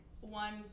one